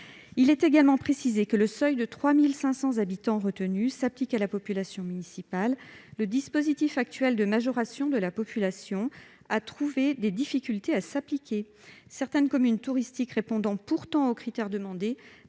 Il est également précisé que le seuil de 3 500 habitants retenu s'applique à la population municipale. Le dispositif actuel de majoration de la population a en effet trouvé des difficultés à s'appliquer, certaines communes touristiques répondant pourtant aux critères demandés